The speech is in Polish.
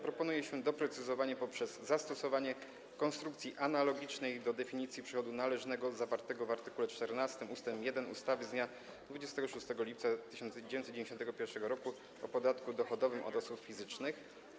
Proponuje się doprecyzowanie poprzez zastosowanie konstrukcji analogicznej do definicji przychodu należnego zawartej w art. 14 ust. 1 ustawy z dnia 26 lipca 1991 r. o podatku dochodowym od osób fizycznych.